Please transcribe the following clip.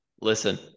listen